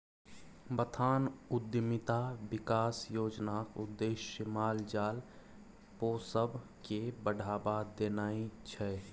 बथान उद्यमिता बिकास योजनाक उद्देश्य माल जाल पोसब केँ बढ़ाबा देनाइ छै